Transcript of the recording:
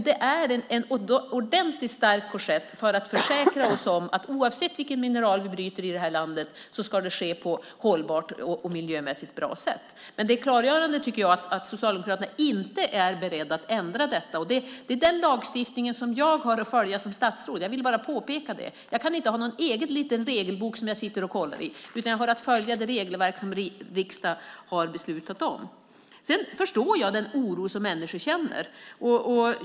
Det är en ordentligt stark korsett för att försäkra oss om att oavsett vilket mineral vi bryter i det här landet ska de ske på ett hållbart och miljömässigt bra sätt. Jag tycker att det är klargörande att Socialdemokraterna inte är beredda att ändra detta. Det är den lagstiftningen som jag som statsråd har att följa. Jag vill bara påpeka det. Jag kan inte ha en egen liten regelbok, utan jag har att följa det regelverk som riksdagen har beslutat om. Jag förstår den oro som människor känner.